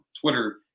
Twitter